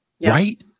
Right